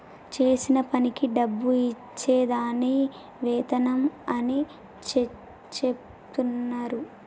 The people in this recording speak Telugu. చేసిన పనికి డబ్బు ఇచ్చే దాన్ని వేతనం అని చెచెప్తున్నరు